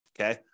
Okay